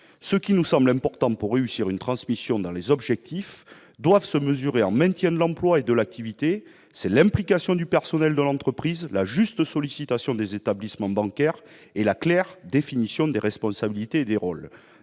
Ce qui compte pour la réussite d'une transmission, dont les objectifs doivent être le maintien de l'emploi et de l'activité, c'est l'implication du personnel de l'entreprise, la juste sollicitation des établissements bancaires et la définition claire des responsabilités et des rôles.